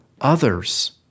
others